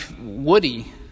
Woody